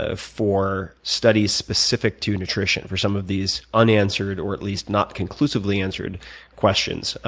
ah for studies specific to nutrition, for some of these unanswered, or at least not conclusively answered questions,